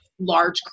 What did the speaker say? large